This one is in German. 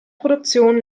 produktion